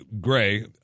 Gray